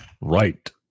right